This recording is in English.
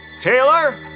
Taylor